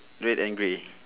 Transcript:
red and grey